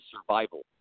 survival